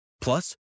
Plus